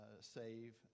save